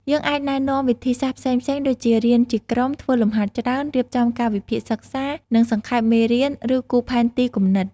យើងអាចណែនាំវិធីសាស្រ្តផ្សេងៗដូចជា រៀនជាក្រុម ធ្វើលំហាត់ច្រើន រៀបចំកាលវិភាគសិក្សា និងសង្ខេបមេរៀន ឬគូរផែនទីគំនិត។